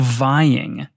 vying